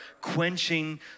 quenching